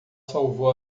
salvou